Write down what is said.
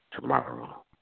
tomorrow